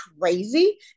crazy